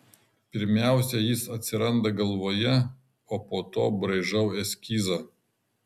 pirmiausia jis atsiranda galvoje o po to braižau eskizą